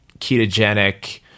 ketogenic